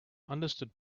understood